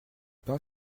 pain